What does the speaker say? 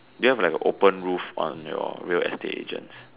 do you have like an open roof on your real estate agent